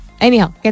anyhow